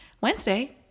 Wednesday